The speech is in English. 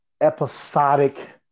episodic –